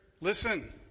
Listen